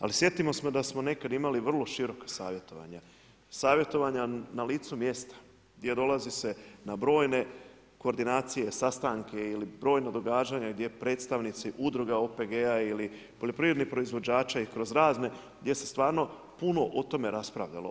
Ali sjetimo se da smo nekad imali vrlo široka savjetovanja, savjetovanja na licu mjesta jer dolazi se na brojne koordinacije, sastanke ili brojna događanja gdje predstavnici udruga OPG-a ili poljoprivrednih proizvođača i kroz razne gdje se stvarno puno o tom raspravljalo.